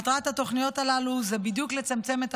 מטרת התוכניות הללו היא בדיוק לצמצם את